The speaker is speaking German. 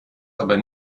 aber